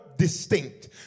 Distinct